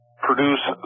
produce